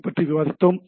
B பற்றி விவாதித்தோம்